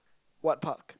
what park